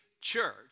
church